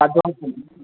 आपडेटफोरखौ